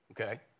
Okay